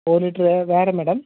ஒரு லிட்ரு வேற மேடம்